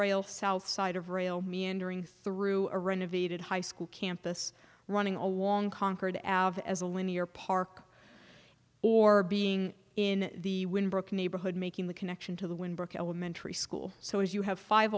rail south side of rail meandering through a renovated high school campus running along concord av as a linear park or being in the wind brook neighborhood making the connection to the windbreak elementary school so as you have five